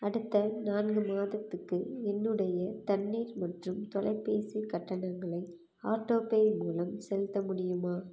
அடுத்த நான்கு மாதத்துக்கு என்னுடைய தண்ணீர் மற்றும் தொலைபேசி கட்டணங்களை ஆட்டோபே மூலம் செலுத்த முடியுமா